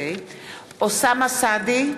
(קוראת בשמות חברי הכנסת) אוסאמה סעדי,